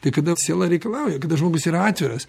tai kada siela reikalauja kada žmogus yra atviras